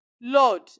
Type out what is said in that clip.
Lord